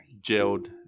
jailed